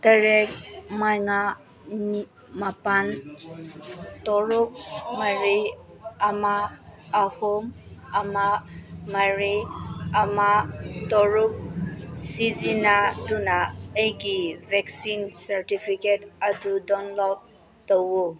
ꯇꯔꯦꯠ ꯃꯉꯥ ꯃꯥꯄꯜ ꯇꯔꯨꯛ ꯃꯔꯤ ꯑꯃ ꯑꯍꯨꯝ ꯑꯃ ꯃꯔꯤ ꯑꯃ ꯇꯔꯨꯛ ꯁꯤꯖꯤꯟꯅꯗꯨꯅ ꯑꯩꯒꯤ ꯕꯦꯛꯁꯤꯟ ꯁꯥꯔꯇꯤꯐꯤꯀꯦꯠ ꯑꯗꯨ ꯗꯥꯎꯟꯂꯣꯗ ꯇꯧꯑꯣ